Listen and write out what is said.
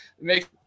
make